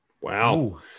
Wow